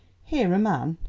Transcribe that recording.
here a man,